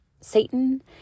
Satan